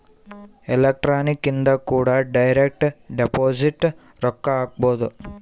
electronic ಇಂದ ಕೂಡ direct deposit ರೊಕ್ಕ ಹಾಕ್ಬೊದು